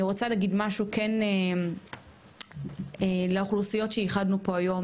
אני רוצה להגיד משהו לאוכלוסיות שאיחדנו פה היום,